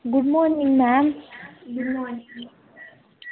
good morning ma'am